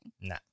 No